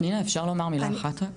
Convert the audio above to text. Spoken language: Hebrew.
פנינה, אפשר לומר מילה אחת?